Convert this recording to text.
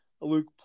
Luke